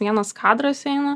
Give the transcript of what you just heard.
vienas kadras eina